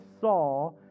saw